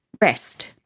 rest